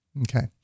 Okay